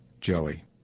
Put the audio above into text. Joey